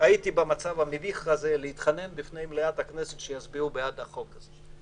במצב המביך להתחנן בפני מליאת הכנסת שיצביעו בעד החוק הזה.